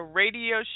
radio